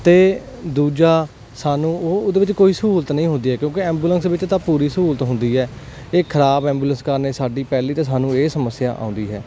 ਅਤੇ ਦੂਜਾ ਸਾਨੂੰ ਉਹ ਉਹਦੇ ਵਿੱਚ ਕੋਈ ਸਹੂਲਤ ਨਹੀਂ ਹੁੰਦੀ ਕਿਉਂਕਿ ਐਂਬੂਲੈਂਸ ਵਿੱਚ ਤਾਂ ਪੂਰੀ ਸਹੂਲਤ ਹੁੰਦੀ ਹੈ ਇਹ ਖਰਾਬ ਐਂਬੂਲੈਂਸ ਕਾਰਨ ਇਹ ਸਾਡੀ ਪਹਿਲੀ ਅਤੇ ਸਾਨੂੰ ਇਹ ਸਮੱਸਿਆ ਆਉਂਦੀ ਹੈ